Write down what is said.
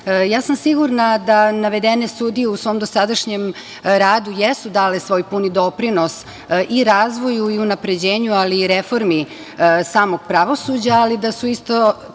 sam sigurna da navedene sudije u svom dosadašnjem radu jesu dale svoj puni doprinos i razvoju i unapređenju, ali i reformi samog pravosuđa, ali da su, isto